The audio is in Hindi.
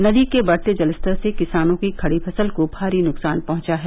नदी के बढ़ते जलस्तर से किसानों की खड़ी फसल को भारी नुकसान पहुंचा है